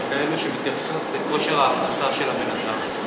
וכאלה שמתייחסות לכושר ההכנסה של האדם,